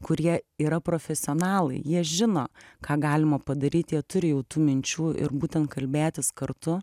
kurie yra profesionalai jie žino ką galima padaryt jie turi jau tų minčių ir būtent kalbėtis kartu